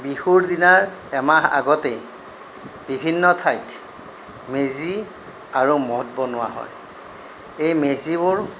বিহুৰ দিনাৰ এমাহ আগতেই বিভিন্ন ঠাইত মেজি আৰু মঠ বনোৱা হয় এই মেজিবোৰ